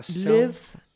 live